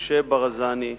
משה ברזני,